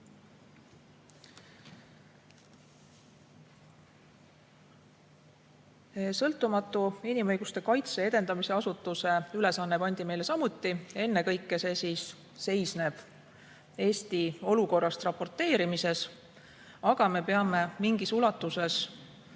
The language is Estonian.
Sõltumatu inimõiguste kaitse edendamise asutuse ülesanne pandi meile samuti. Ennekõike seisneb see Eesti olukorrast raporteerimises. Aga me peame mingis ulatuses